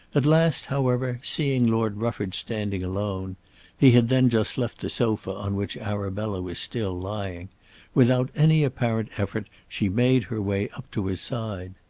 at last, however, seeing lord rufford standing alone he had then just left the sofa on which arabella was still lying without any apparent effort she made her way up to his side.